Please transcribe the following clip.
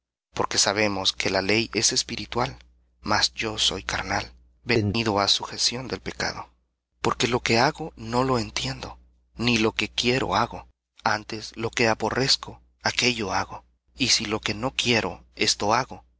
porque sabemos que la ley es espiritual mas yo soy carnal vendido á sujeción del pecado porque lo que hago no lo entiendo ni lo que quiero hago antes lo que aborrezco aquello hago y si lo que no quiero esto hago